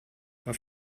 auf